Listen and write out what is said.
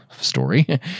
story